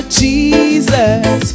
jesus